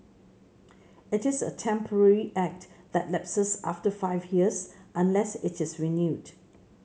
it is a temporary act that lapses after five years unless it is renewed